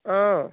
অঁ